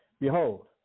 Behold